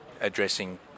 addressing